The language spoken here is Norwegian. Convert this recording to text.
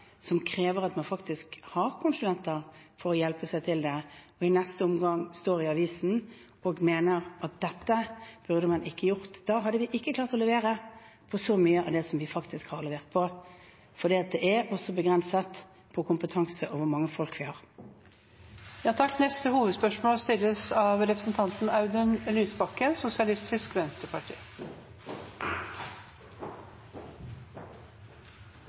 som krever at man faktisk har konsulenter for å hjelpe til med det – og i neste omgang står i avisen og mener at dette burde man ikke gjort. Da hadde vi ikke klart å levere på så mye som vi faktisk har levert på, for det er altså begrenset hva vi har av kompetanse og folk. Vi går til neste hovedspørsmål.